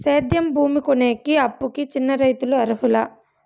సేద్యం భూమి కొనేకి, అప్పుకి చిన్న రైతులు అర్హులా?